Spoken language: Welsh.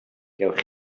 gewch